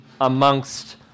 amongst